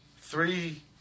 three